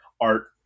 art